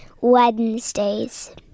Wednesdays